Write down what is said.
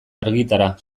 argitara